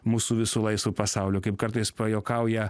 mūsų visų laisvu pasauliu kaip kartais pajuokauja